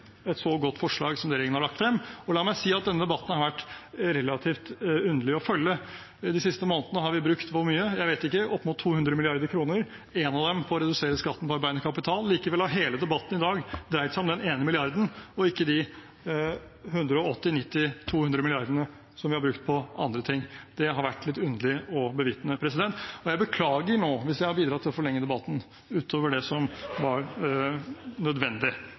et så godt forslag som regjeringen har lagt frem. Og la meg si at denne debatten har vært relativt underlig å følge. De siste månedene har vi brukt – hvor mye, jeg vet ikke – opp mot 200 mrd. kr, én av dem på å redusere skatten på arbeidende kapital. Likevel har hele debatten i dag dreid seg om den ene milliarden, og ikke om de 180, 190, 200 mrd. kr som vi har brukt på andre ting. Det har vært litt underlig å bevitne. Og jeg beklager nå hvis jeg har bidratt til å forlenge debatten utover det som var nødvendig.